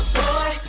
boy